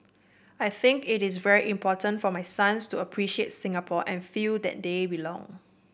I think it is very important for my sons to appreciate Singapore and feel that they belong